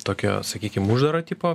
tokio sakykim uždaro tipo